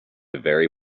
very